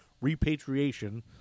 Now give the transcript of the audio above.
repatriation